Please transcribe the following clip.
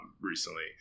recently